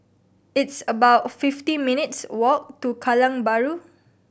it's about fifty minutes' walk to Kallang Bahru